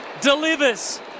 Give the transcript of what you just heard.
delivers